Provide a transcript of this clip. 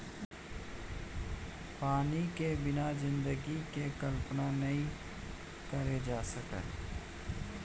पानी के बिना जिनगी के कल्पना नइ करे जा सकय